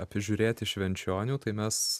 apžiūrėti švenčionių tai mes